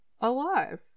alive